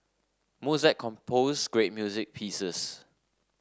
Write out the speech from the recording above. Mozart composed great music pieces